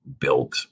built